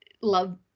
love